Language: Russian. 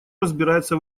разбирается